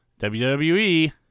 WWE